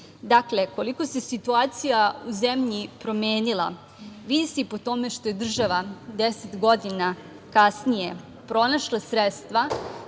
Dakle, koliko se situacija u zemlji promenila, vidi se po tome što je država deset godina kasnije pronašla sredstva